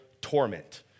torment